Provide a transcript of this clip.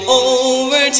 over